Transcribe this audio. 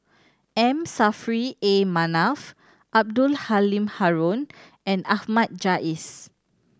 M Saffri A Manaf Abdul Halim Haron and Ahmad Jais